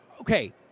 okay